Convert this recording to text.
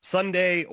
Sunday